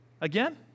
again